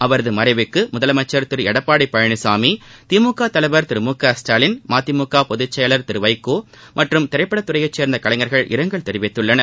அவரது மறைவிற்கு முதலமைச்சர் திரு எடப்பாடி பழனிசாமி திமுக தலைவர் திரு மு க ஸ்டாலின் மதிமுக பொதுச் செயலாளர் திரு வைகோ மற்றும் திரைப்படத் துறையை சேர்ந்த கலைஞர்கள் இரங்கல் தெரிவித்துள்ளனர்